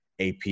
AP